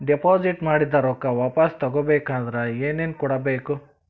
Deposit ಮಾಡಿದ ರೊಕ್ಕ ವಾಪಸ್ ತಗೊಬೇಕಾದ್ರ ಏನೇನು ಕೊಡಬೇಕು?